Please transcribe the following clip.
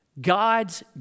God's